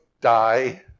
die